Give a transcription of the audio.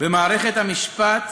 במערכת המשפט,